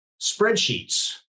spreadsheets